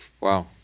Wow